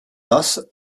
das